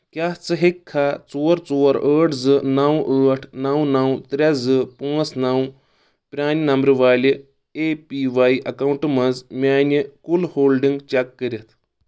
کیٛاہ ژٕ ہیٛککھا ژور ژور ٲٹھ زٕ نَو ٲٹھ نَو نَو ترٛےٚ زٕ پانٛژھ نَو پرانہِ نمبر والہِ اے پی واے اکاؤنٹہٕ مَنٛز میٲنۍ کُل ہولڈنگ چیٚک کٔرتھ